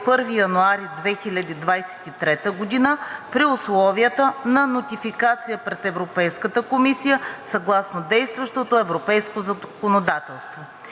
1 януари 2023 г. при условията на нотификация пред Европейската комисия, съгласно действащото европейско законодателство.“